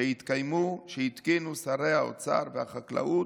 שיתקינו שרי האוצר והחקלאות,